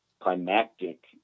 climactic